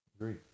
Great